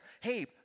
Hey